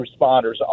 responders